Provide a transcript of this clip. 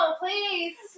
please